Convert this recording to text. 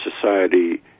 Society